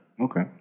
okay